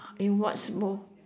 in what sport